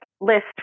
list